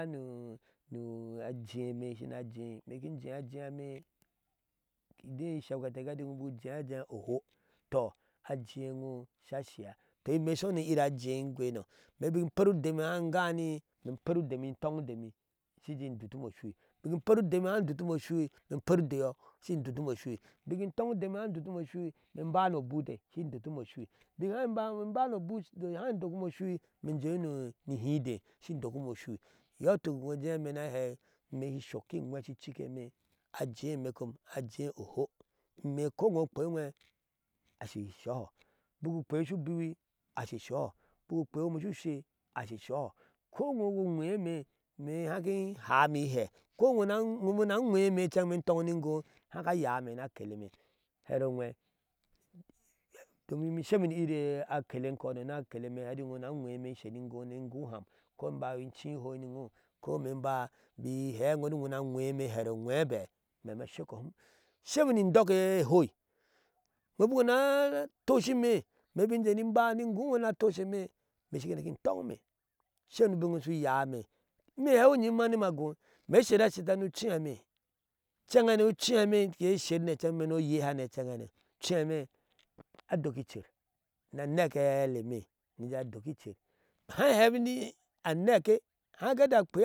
Aje meɛ shina jei ime kin jiyajiyame sophe ante kale iwo inaku jiyajins oho, tɔ ajiye wo sa siya tɔ imɛɛ so na oyira jiya kono imɛɛbiki per udiyo hai gani in peru demi i tonwu demi shin je duti mɛɛosui imbiki peru demi hai dutime osui imbiki perudemi shidutime osui biki tun nudemi nai duti osui imba nobute shin dutime osui biki ba no bute hai dutime osui imɛɛjeh ni hide shi dutime osui, iyo tuk imɛɛna hei imɛɛshi sok ni wheshicike eme ajeh mekom ajee oho imɛɛkkoiy kweuwe ashisoho biki kwiya su biwi ashishoho, biki kwiya su she ashisoho ko iwogu wenimae ime haki ihame ihe ko iwo biki na wenenme imme unton nigoh haka ya imeena keleime, heroweh domin imee sheme nu oyera akele kona na keleme eti woo weneme in ser no goh ni guham ko in bana chie hoi ni whoo ko ime ba he inwoo na wenemi hero weh be ameeh me asheko him in sheme in indok ehoii, onwooh n biki na tosheme biki je niba ni goo iwooh na tosheme imee shuiki dakin tongyime, sai nu ubingye ye su yame ni hewi yim nima goo imee sheta sheta nu ucheme inclen hane ucheeme lute kee sherme oyee hane inchenhane ucheema a doki icer na neke a eeleme na jeeje doki cer, hai he meti aneke hanga